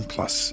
Plus